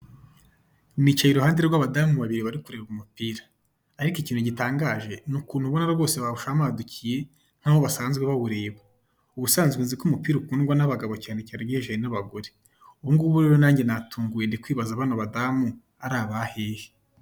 Nicaye iruhande rw'abadamu babiri bari kureba umupira, ariko ikintu gitangaje ni ukuntu ubona bose bawushamadukiye nk'aho basanzwe bawureba. Ubusanzwe nzi ko umupira ukundwa n'abagabo cyane cyane ugereranjije n'abagore. Ubungubu nange natunguwe ndikwibaza ababadamua ari abahehe.